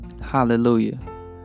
Hallelujah